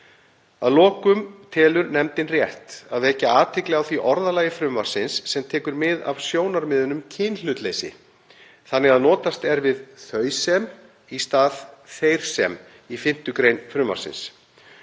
Að lokum telur nefndin rétt að vekja athygli á því orðalagi frumvarpsins sem tekur mið af sjónarmiðum um kynhlutleysi þannig að notast er við „þau sem“ í stað „þeir sem“ í 5. gr. frumvarpsins.